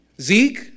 Zeke